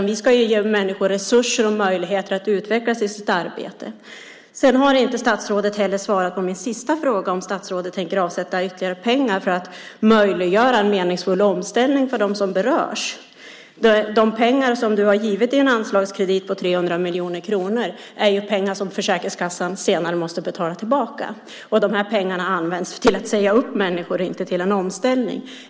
Vi ska ge människor resurser och möjligheter att utvecklas i sitt arbete. Statsrådet har inte heller svarat på min sista fråga om statsrådet tänker avsätta ytterligare pengar för att möjliggöra en meningsfull omställning för dem som berörs. 300 miljoner kronor som du har gett i en anslagskredit är pengar som Försäkringskassan senare måste betala tillbaka. Dessa pengar används till att säga upp människor och inte till en omställning.